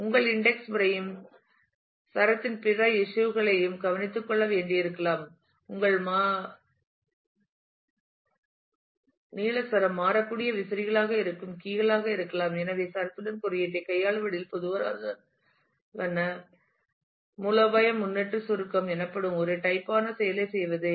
உங்கள் இன்டெக்ஸ் முறையும் சரத்தின் பிற இஸ்யூ களை கவனித்துக் கொள்ள வேண்டியிருக்கலாம் உங்கள் மாறி நீள சரம் மாறக்கூடிய விசிறிகளாக இருக்கும் கீ களாக இருக்கலாம் எனவே சரத்துடன் குறியீட்டைக் கையாள்வதில் பொதுவான மூலோபாயம் முன்னொட்டு சுருக்கம் எனப்படும் ஒரு டைப் யான செயலைச் செய்வது